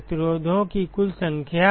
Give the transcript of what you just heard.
प्रतिरोधों की कुल संख्या